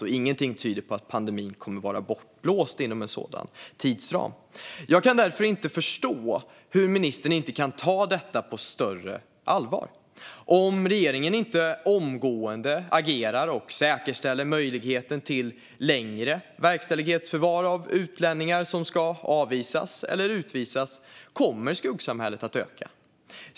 Och ingenting tyder på att pandemin kommer att vara bortblåst inom en sådan tidsram. Jag kan därför inte förstå hur ministern inte kan ta detta på större allvar. Om regeringen inte omgående agerar och säkerställer möjligheten till längre verkställighetsförvar av utlänningar som ska avvisas eller utvisas kommer skuggsamhället att öka.